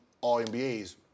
all-NBAs